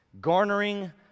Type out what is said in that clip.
garnering